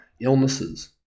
illnesses